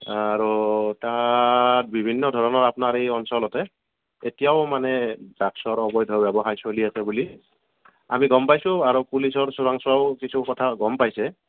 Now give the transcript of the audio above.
আৰু তাত বিভিন্ন ধৰণৰ আপোনাৰ এই অঞ্চলতে এতিয়াও মানে ড্ৰাগছৰ অবৈধ ব্যৱসায় চলি আছে বুলি আমি গম পাইছোঁ আৰু পুলিচৰ চোৰাংচোৰাও কিছু কথা গম পাইছে